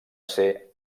ser